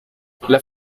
las